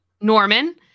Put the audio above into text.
Norman